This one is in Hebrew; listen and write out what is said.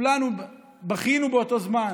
כולנו בכינו באותו זמן.